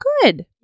good